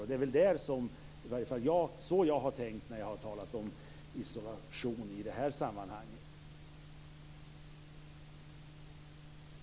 Det är så i varje fall jag har tänkt när jag i det här sammanhanget har talat om isolation.